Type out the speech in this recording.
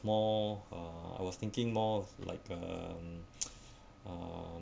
more uh I was thinking more of like um uh